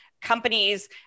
companies